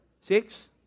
Six